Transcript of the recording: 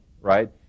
right